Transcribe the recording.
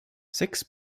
six